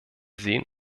sehen